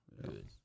Good